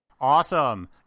Awesome